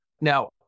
Now